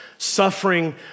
Suffering